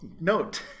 note